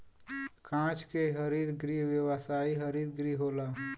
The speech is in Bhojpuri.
कांच के हरित गृह व्यावसायिक हरित गृह होला